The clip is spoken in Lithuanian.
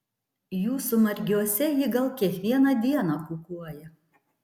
jūsų margiuose ji gal kiekvieną dieną kukuoja